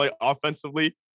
offensively